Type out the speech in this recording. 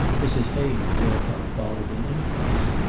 mrs. hayden thereupon followed an impulse.